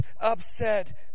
upset